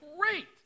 great